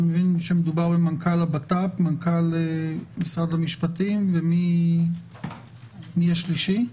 מנכ"ל הבט"פ, מנכ"ל משרד המשפטים, ומי השלישי?